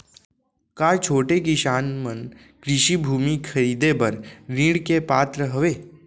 का छोटे किसान मन कृषि भूमि खरीदे बर ऋण के पात्र हवे?